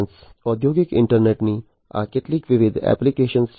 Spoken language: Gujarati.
ઔદ્યોગિક ઈન્ટરનેટની આ કેટલીક વિવિધ એપ્લિકેશનો છે